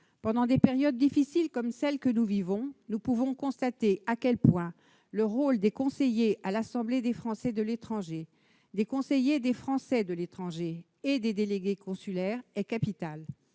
Pendant des périodes difficiles comme celle que nous vivons, nous pouvons constater à quel point le rôle des conseillers à l'Assemblée des Français de l'étranger, des conseillers des Français de l'étranger et des délégués consulaires est capital.